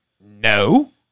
No